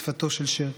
בשפתו של שרקי.